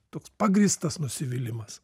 toks pagrįstas nusivylimas